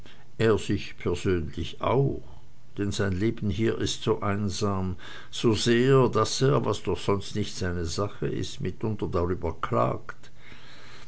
er sich persönlich allerdings auch denn sein leben hier ist zu einsam so sehr daß er was doch sonst nicht seine sache ist mitunter darüber klagt